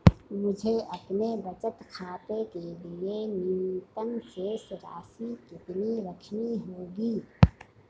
मुझे अपने बचत खाते के लिए न्यूनतम शेष राशि कितनी रखनी होगी?